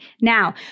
Now